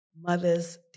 Mother's